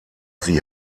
sie